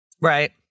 Right